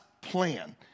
plan